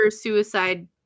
suicide